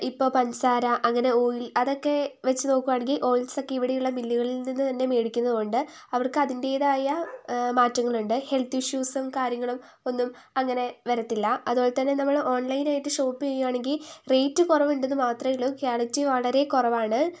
ഇപ്പോൾ പഞ്ചസാര അങ്ങനെ ഓയിൽ അതൊക്കെ വച്ചു നോക്കുകയാണെങ്കിൽ ഓയിൽസൊക്കെ ഇവിടെയുള്ള മില്ലുകളിൽ നിന്നുതന്നെ മേടിക്കുന്നതുകൊണ്ട് അവർക്ക് അതിൻ്റേതായ മാറ്റങ്ങളുണ്ട് ഹെൽത്ത് ഇഷ്യൂസും കാര്യങ്ങളും ഒന്നും അങ്ങനെ വരത്തില്ല അതുപോലെത്തന്നെ നമ്മൾ ഓൺലൈനായിട്ട് ഷോപ്പ് ചെയ്യുകയാണെങ്കിൽ റേറ്റ് കുറവുണ്ടെന്ന് മാത്രമേയുള്ളൂ ക്വാളിറ്റി വളരെ കുറവാണ്